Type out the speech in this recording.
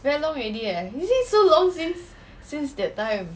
very long already leh you see so long since since that time